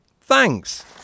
thanks